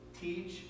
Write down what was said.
teach